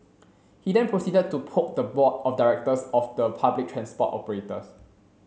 he then proceeded to poke the board of directors of the public transport operators